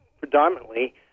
predominantly